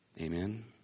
Amen